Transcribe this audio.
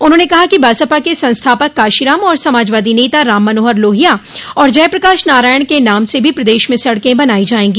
उन्होंने कहा कि बसपा के संस्थापक कांशीराम और समाजवादी नेता राम मनोहर लोहिया और जय प्रकाश नारायण के नाम से भी प्रदेश में सड़क बनाई जायेंगी